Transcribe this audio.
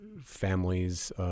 families